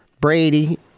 Brady